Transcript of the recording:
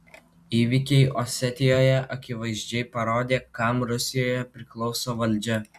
įvykiai osetijoje akivaizdžiai parodė kam rusijoje priklauso valdžia